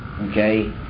okay